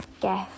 gift